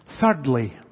Thirdly